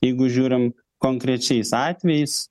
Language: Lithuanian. jeigu žiūrim konkrečiais atvejais